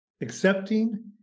accepting